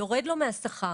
יורד לו מהשכר,